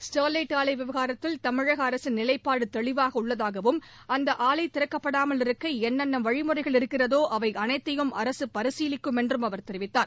Sterlite ஆலை விவகாரத்தில் தமிழக அரசின் நிவைப்பாடு தெளிவாக உள்ளதாகவும் அந்த ஆலை திறக்கப்படாமல் இருக்க என்னென்ன வழிமுறைகள் இருக்கிறதோ அவை அனைத்தையும் அரக பரிசீலிக்கும் என்றும் அவர் தெரிவித்தார்